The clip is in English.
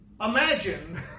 Imagine